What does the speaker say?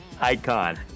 Icon